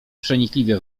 przenikliwie